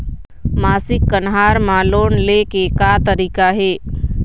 मासिक कन्हार म लोन ले के का तरीका हे?